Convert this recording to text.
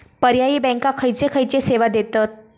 पर्यायी बँका खयचे खयचे सेवा देतत?